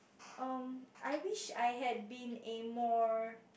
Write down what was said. um I wish I had been a more